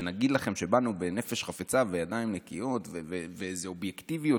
שנגיד לכם שבאנו בנפש חפצה ובידיים נקיות ובאיזו אובייקטיביות,